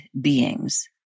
beings